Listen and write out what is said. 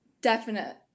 definite